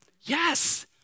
Yes